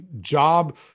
job